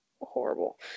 horrible